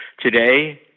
Today